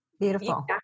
Beautiful